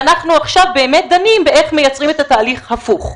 ואנחנו עכשיו דנים איך מייצרים את התהליך הפוך.